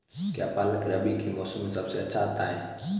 क्या पालक रबी के मौसम में सबसे अच्छा आता है?